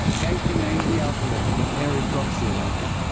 gaedcke named the alkaloid erythroxyline,